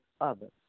others